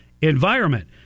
environment